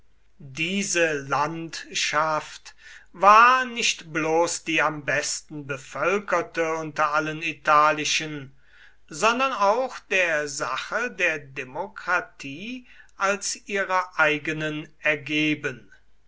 diese landschaft war nicht bloß die am besten bevölkerte unter allen italischen sondern auch der sache der demokratie als ihrer eigenen ergeben